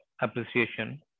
appreciation